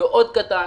מאוד קטן,